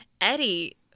Eddie